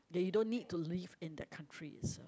ya you don't need to live in that countries